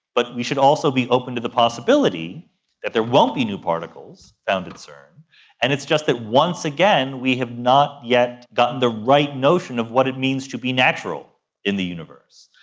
but we should also be open to the possibility that there won't be new particles found at cern and it's just that once again we have not yet got the right notion of what it means to be natural in the universe.